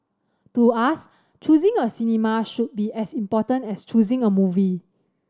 to us choosing a cinema should be as important as choosing a movie